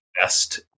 Best